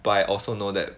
but I also know that